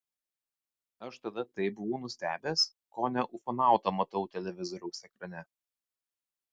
aš tada taip buvau nustebęs kone ufonautą matau televizoriaus ekrane